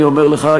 אני אומר לך,